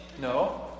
No